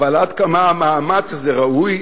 אבל עד כמה המאמץ הזה ראוי,